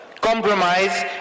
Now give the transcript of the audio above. compromise